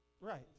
Right